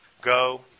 Go